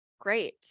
Great